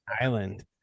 island